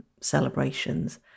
celebrations